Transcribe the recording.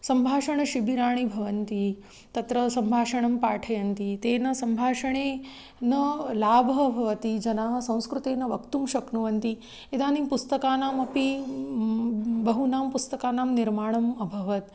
सम्भाषणशिबिराणि भवन्ति तत्र सम्भाषणं पाठयन्ति तेन सम्भाषणेन लाभः भवति जनाः संस्कृतेन वक्तुं शक्नुवन्ति इदानीं पुस्तकानामपि बहूनां पुस्तकानां निर्माणम् अभवत्